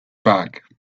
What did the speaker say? bag